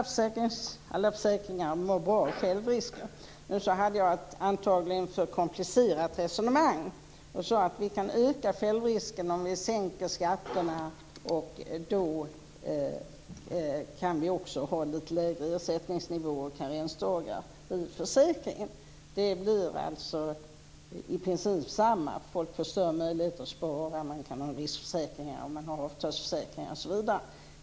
Fru talman! Alla försäkringar mår bra av självrisken. Nu hade jag antagligen ett för komplicerat resonemang och sade att vi kan öka självrisken om vi sänker skatterna. Då kan vi också ha lite lägre ersättningsnivåer och karensdagar i försäkringen. Det blir alltså i princip samma sak. Folk får större möjligheter att spara. Man kan ha riskförsäkringar, och man har avtalsförsäkringar osv.